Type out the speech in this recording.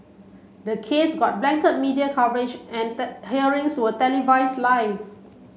the case got blanket media coverage and hearings were televise live